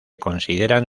consideran